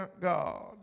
God